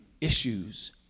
issues